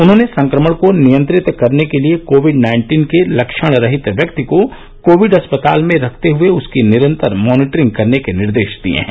उन्होंने संक्रमण को नियंत्रित करने के लिए कोविड नाइन्टीन के लक्षणरहित व्यक्ति को कोविड अस्पताल में रखते हए उसकी निरंतर मॉनिटरिंग करने के निर्देश दिए हैं